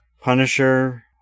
Punisher